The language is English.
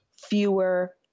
fewer